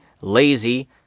lazy